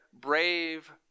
brave